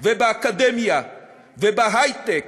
ובאקדמיה ובהיי-טק